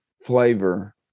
flavor